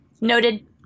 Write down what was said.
Noted